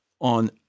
on